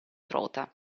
trota